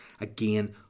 Again